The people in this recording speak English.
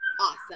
awesome